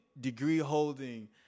degree-holding